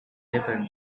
level